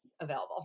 available